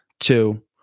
two